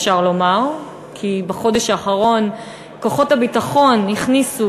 אפשר לומר כי בחודש האחרון כוחות הביטחון הכניסו,